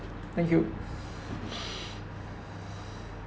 thank you